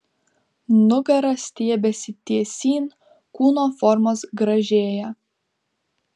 nugara stiebiasi tiesyn kūno formos gražėja